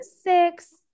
six